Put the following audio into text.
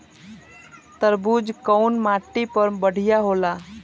तरबूज कउन माटी पर बढ़ीया होला?